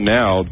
now